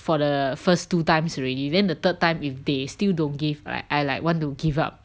for the first two times already then the third time if they still don't give right I like want to give up